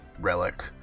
Relic